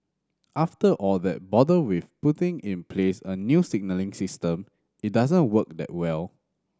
after all that bother with putting in place a new signalling system it doesn't work that well